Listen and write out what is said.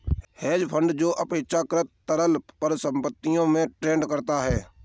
hedge fund जो अपेक्षाकृत तरल परिसंपत्तियों में ट्रेड करता है